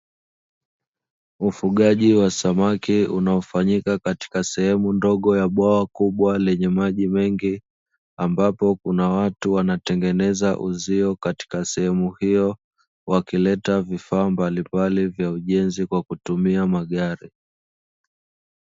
Ufugaji wa samaki unaofanyika katika sehemu ndogo ya bwawa kubwa lenye maji mengi, ambapo kuna watu wanatengeneza uzio katika sehemu hiyo wakileta vifaa mbalimbali vya ujenzi kwa kutumia magari.